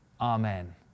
Amen